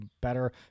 better